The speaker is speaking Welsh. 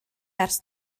ers